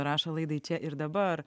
rašo laidai čia ir dabar